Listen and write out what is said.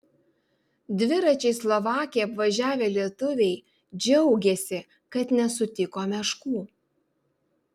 dviračiais slovakiją apvažiavę lietuviai džiaugiasi kad nesutiko meškų